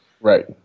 Right